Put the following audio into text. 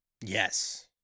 Yes